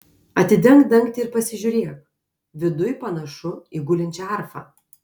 atidenk dangtį ir pasižiūrėk viduj panašu į gulinčią arfą